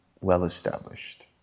well-established